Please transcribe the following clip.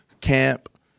camp